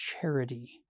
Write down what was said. charity